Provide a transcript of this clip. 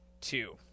Two